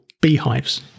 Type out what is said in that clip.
beehives